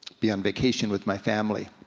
be on vacation with my family,